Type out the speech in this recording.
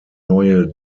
neue